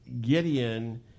Gideon